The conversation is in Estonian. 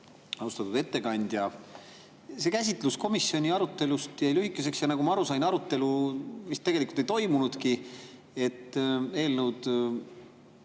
Austatud ettekandja! See käsitlus komisjoni arutelust jäi lühikeseks ja nagu ma aru sain, arutelu vist tegelikult ei toimunudki. Eelnõu